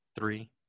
Three